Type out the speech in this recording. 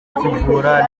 kuvura